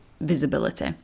visibility